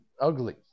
ugly